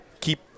keep